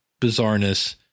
bizarreness